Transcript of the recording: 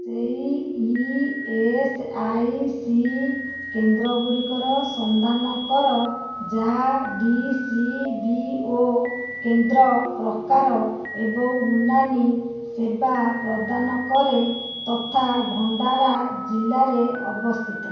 ସେହି E S I C କେନ୍ଦ୍ର ଗୁଡ଼ିକର ସନ୍ଧାନ କର ଯାହା ଡି ସି ବି ଓ କେନ୍ଦ୍ର ପ୍ରକାର ଏବଂ ଉନାନି ସେବା ପ୍ରଦାନ କରେ ତଥା ଭଣ୍ଡାରା ଜିଲ୍ଲାରେ ଅବସ୍ଥିତ